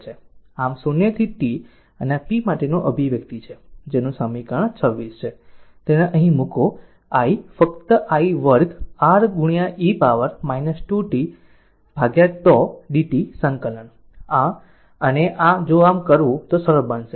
આમ 0 થી t અને આ p માટેનું અભિવ્યક્તિ છે જેનું સમીકરણ 26 છે તેને અહીં મૂકો i ફક્ત I વર્ગ R e પાવર પર 2 t τ dt સંકલન અને જો આમ કરું તો સરળ બનશે